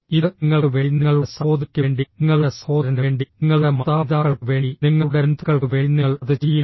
ഇത് നിങ്ങൾക്ക് വേണ്ടി നിങ്ങളുടെ സഹോദരിക്ക് വേണ്ടി നിങ്ങളുടെ സഹോദരന് വേണ്ടി നിങ്ങളുടെ മാതാപിതാക്കൾക്ക് വേണ്ടി നിങ്ങളുടെ ബന്ധുക്കൾക്ക് വേണ്ടി നിങ്ങൾ അത് ചെയ്യില്ല